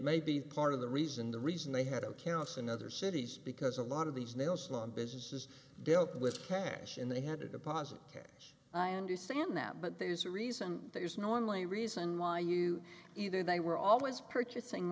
maybe part of the reason the reason they had accounts in other cities because a lot of these nail salon businesses dealt with cash and they had to deposit cash i understand that but there's a reason there's no only reason why you either they were always purchasing